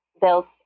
built